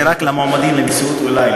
זה רק למועמדים לנשיאות אולי,